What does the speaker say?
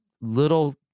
little